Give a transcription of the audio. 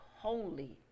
holy